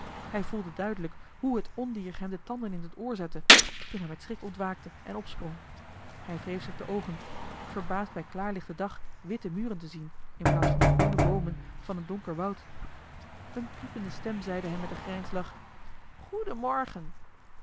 hij voelde duidelijk hoe het ondier hem de tanden in het oor zette toen hij met schrik ontwaakte en opsprong hij wreef zich de oogen verbaasd bij klaarlichten dag witte muren te zien inplaats van de groene boomen van een donker woud eene piepende stem zeide hem met een grijnslach